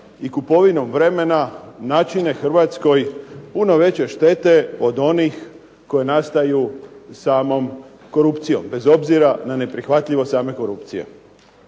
i kupovinom vremena načine Hrvatskoj puno veće štete od onih koje nastaju samom korupcijom bez obzira na neprihvatljivost javne korupcije.